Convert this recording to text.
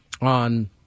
on